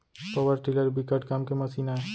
power tiller बिकट काम के मसीन आय